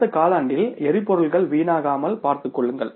அடுத்த காலாண்டில் எரிபொருள்கள் வீணாகாமல் பார்த்துக் கொள்ளுங்கள்